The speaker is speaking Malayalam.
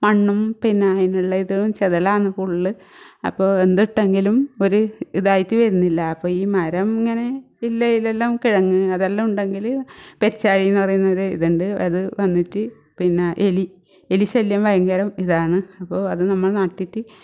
മണ്ണും പിന്നെ അതിനുള്ള ഇതും ചെതലാന്ന് ഫുള്ള് അപ്പോൾ എന്ത് ഇട്ടെങ്കിലും ഒരു ഇതായിട്ട് വരുന്നില്ല അപ്പോൾ ഈ മരം ഇങ്ങനെ ഇല്ലേല്ലാം കിഴങ്ങ് അതെല്ലാം ഉണ്ടെങ്കിൽ പെരുച്ചാഴീന്ന് പറയുന്ന ഒരു ഇതുണ്ട് അത് വന്നിട്ട് പിന്നെ എലി എലി ശല്യം ഭയങ്കരം ഇതാണ് അപ്പോൾ അത് നമ്മൾ നട്ടിട്ട്